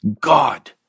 God